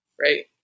Right